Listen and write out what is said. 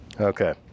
Okay